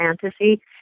fantasy